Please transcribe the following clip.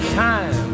time